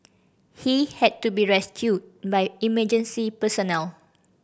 he had to be rescued by emergency personnel